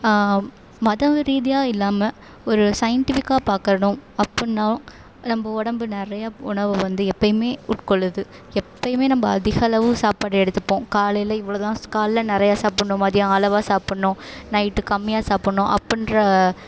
மதம் ரீதியாக இல்லாமல் ஒரு சயின்டிஃபிக்கா பார்க்கணும் அப்படின்னா நம்ம உடம்பு நிறைய உணவை வந்து எப்போயுமே உட்கொள்ளுது எப்போயுமே நம்ம அதிகளவு சாப்பாடு எடுத்துப்போம் காலையில் இவ்வளோ தான் ஸ் காலையில் நிறைய சாப்பிடணும் மதியம் அளவாக சாப்பிடணும் நைட்டு கம்மியாக சாப்பிடணும் அப்படின்ற